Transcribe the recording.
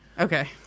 Okay